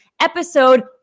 Episode